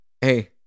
hey